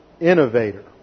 innovator